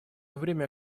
время